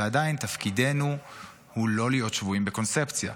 ועדיין תפקידנו הוא לא להיות שבויים בקונספציה.